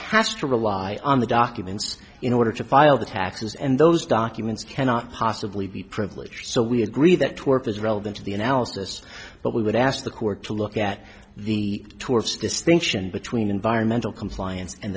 has to rely on the documents in order to file the taxes and those documents cannot possibly be privileged so we agree that work is relevant to the analysis but we would ask the court to look at the towards distinction between environmental compliance and